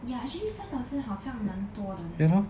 ya actually five thousand 好像蛮多的 leh